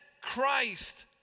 Christ